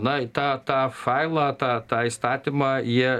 na tą tą failą tą tą įstatymą jie